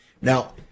Now